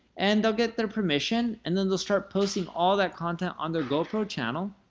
and they'll get their permission, and then they'll start posting all that content on their gopro channel,